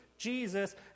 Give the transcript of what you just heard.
Jesus